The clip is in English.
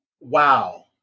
Wow